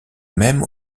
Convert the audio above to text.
même